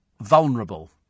vulnerable